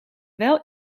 wel